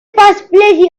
possibility